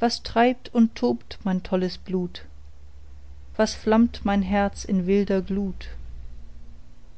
was treibt und tobt mein tolles blut was flammt mein herz in wilder glut